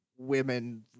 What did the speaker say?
women